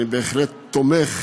אני בהחלט תומך